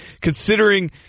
considering